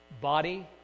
Body